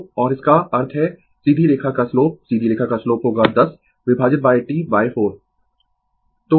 तो और इसका अर्थ है सीधी रेखा का स्लोप सीधी रेखा का स्लोप होगा 10 विभाजित T 4